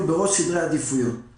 תמיד הדברים שלך